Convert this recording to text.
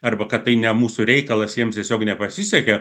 arba kad tai ne mūsų reikalas jiems tiesiog nepasisekė